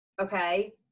okay